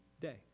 day